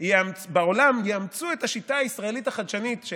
בעולם יאמצו את השיטה הישראלית החדשנית של